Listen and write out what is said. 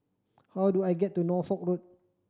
how do I get to Norfolk Road